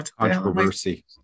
controversy